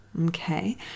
okay